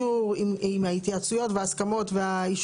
נעה, הדרישה הזאת הגיונית סך הכל, מהבחינה הזאת.